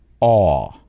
awe